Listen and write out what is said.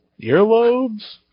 Earlobes